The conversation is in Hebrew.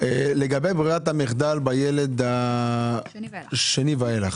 לגבי ברירת המחדל בילד השני ואילך,